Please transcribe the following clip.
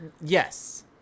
yes